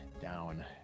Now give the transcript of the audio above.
down